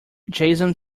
jason